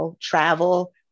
travel